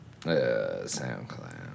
SoundCloud